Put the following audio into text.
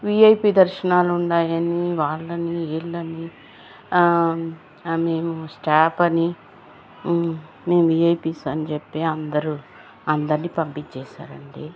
VIP దర్శనాలున్నాయని వాళ్ళని వీళ్ళని మేము స్ట్యాప్ అని మేం వీఐపీస్ అనిచెప్పి అందరు అందరినీ పంపించేసారండి